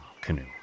canoe